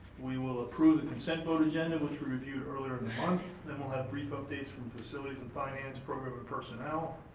we will approve the consent vote agenda which we reviewed earlier in the month, then we'll have brief updates from facilities and finance program and personnel.